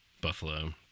Buffalo